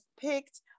picked